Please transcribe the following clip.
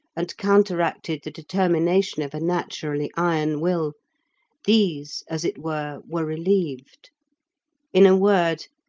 and counteracted the determination of a naturally iron will these, as it were, were relieved in a word,